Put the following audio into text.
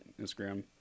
Instagram